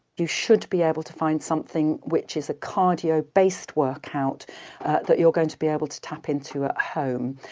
you should be able to find something which is a cardio-based workout that you're going to be able to tap into at home.